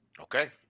okay